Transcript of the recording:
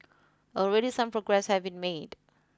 already some progress have been made